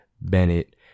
Bennett